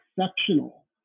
exceptional